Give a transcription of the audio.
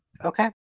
Okay